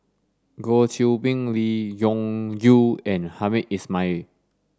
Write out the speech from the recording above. Goh Qiu Bin Lee Wung Yew and Hamed Ismail